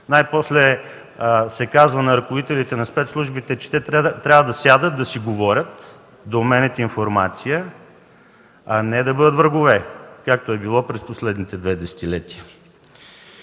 Най-после се казва на ръководителите на спецслужбите, че те трябва да сядат, да си говорят, да обменят информация, а не да бъдат врагове, както е било през последните две десетилетия.